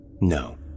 No